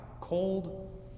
cold